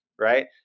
right